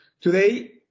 Today